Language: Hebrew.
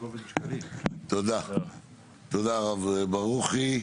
תודה, הרב ברוכי.